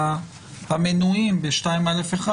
מה שהיה חסר לנו זה שיהיה ממונה על מידע פלילי כאמור